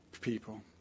people